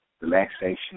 relaxation